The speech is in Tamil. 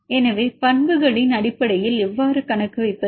எனவே பண்புகளின் அடிப்படையில் எவ்வாறு கணக்கு வைப்பது